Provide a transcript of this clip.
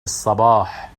الصباح